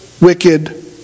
wicked